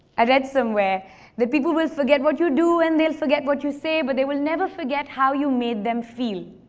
i read somewhere that people will forget what you do, and they'll forget what you say, but they will never forget how you made them feel.